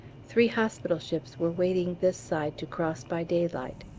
three hospital ships were waiting this side to cross by daylight.